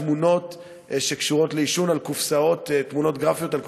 תמונות גרפיות שקשורות לעישון על קופסאות סיגריות?